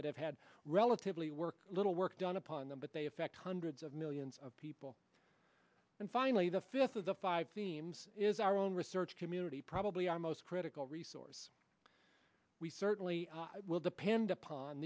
that have had relatively work little work done upon them but they affect hundreds of millions of people and finally the fifth of the five themes is our own research community probably our most critical resource we certainly will depend upon